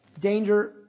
danger